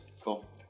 Cool